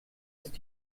ist